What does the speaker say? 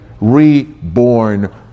reborn